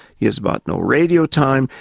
he has bought no radio time,